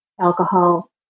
alcohol